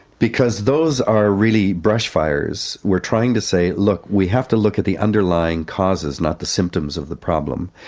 because those are really brushfires. we're trying to say look, we have to look at the underlying causes, not the symptoms of the problem.